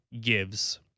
gives